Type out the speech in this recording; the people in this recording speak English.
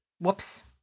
Whoops